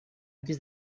без